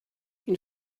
une